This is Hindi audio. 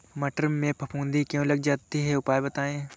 मटर में फफूंदी क्यो लग जाती है उपाय बताएं?